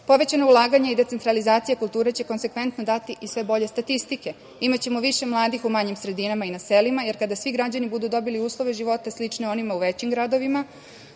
Srbije. Povećana ulaganja i decentralizacija kulture će konsekventno dati i sve bolje statistike. Imaćemo više mladih u manjim sredinama i na selima, jer kada svi građani budu dobili uslove života sličnim onima u većim gradovima,